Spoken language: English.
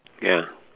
ya